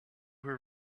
where